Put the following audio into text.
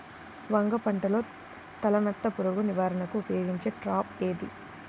వంగ పంటలో తలనత్త పురుగు నివారణకు ఉపయోగించే ట్రాప్ ఏది?